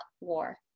war